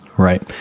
Right